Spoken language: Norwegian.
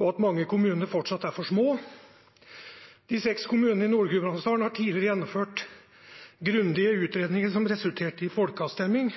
at mange kommuner fortsatt er for små. De seks kommunene i Nord-Gudbrandsdalen har tidligere gjennomført grundige utredninger som resulterte i folkeavstemning,